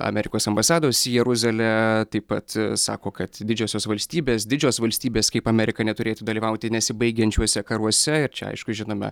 amerikos ambasados į jeruzalę taip pat sako kad didžiosios valstybės didžios valstybės kaip amerika neturėtų dalyvauti nesibaigiančiuose karuose ir čia aišku žinome